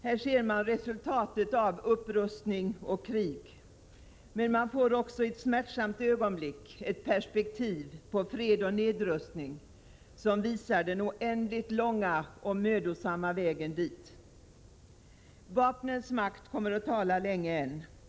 Här ser man resultatet av upprustning och krig, men man får också i ett smärtsamt ögonblick ett perspektiv på fred och nedrustning som visar den oändligt långa och mödosamma vägen dit. Vapnens makt kommer att tala länge än.